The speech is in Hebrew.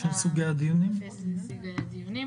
זה דבר אחד.